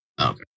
Okay